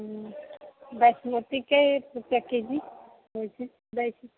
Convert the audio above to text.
बासमती कए रुपआ के जी दै छी